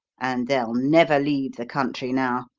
and they'll never leave the country now.